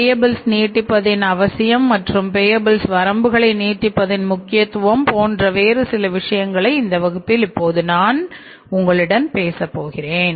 payables வரம்புகளை நீட்டிப்பதன் முக்கியத்துவம் போன்ற வேறு சில விஷயங்களை இந்த வகுப்பில் இப்போது நான் உங்களிடம் பேசப் போகிறேன்